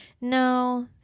no